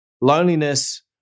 Loneliness